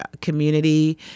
community